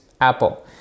Apple